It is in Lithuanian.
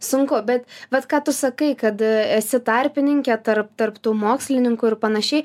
sunku be bet ką tu sakai kad esi tarpininkė tarp tarp tų mokslininkų ir panašiai